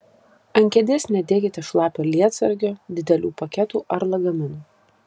ant kėdės nedėkite šlapio lietsargio didelių paketų ar lagaminų